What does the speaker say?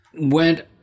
went